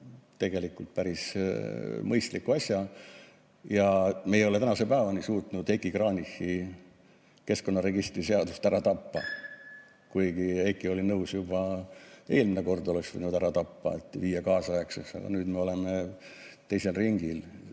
tegelikult päris mõistliku asja. Ja me ei ole tänase päevani suutnud Heiki Kranichi keskkonnaregistri seadust ära tappa. Kuigi Heiki oli nõus, juba eelmine kord oleks võinud ära tappa, et viia kaasaegseks, aga nüüd me oleme teisel ringil